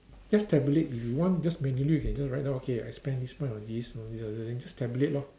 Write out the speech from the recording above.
just tabulate if you want just manually you can just write down okay I spend this much on this just tabulate lor